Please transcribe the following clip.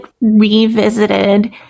revisited